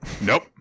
Nope